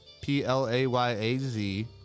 P-L-A-Y-A-Z